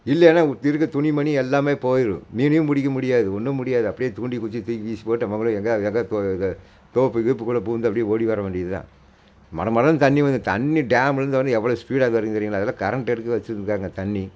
இல்லைன்னா இருக்க துணிமணி எல்லாமே போயிடும் மீனையும் பிடிக்க முடியாது ஒன்னும் முடியாது அப்படியே தூண்டி குதித்து தூக்கி வீசி போட்டு நம்ம அப்படியே எங்கேயாது தோப்பு கீப்புக்குள்ள புகுந்து அப்படியே ஓடி வர வேண்டியது தான் மட மடனு தண்ணி வந்து தண்ணி டேம்லேருந்து வர்கிறது எவ்வளோ ஸ்பீடாக வரும் தெரியுங்களா அதெலாம் கரண்ட் எதுக்கு வச்சுருக்காங்க தண்ணி